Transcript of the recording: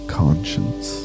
conscience